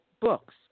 books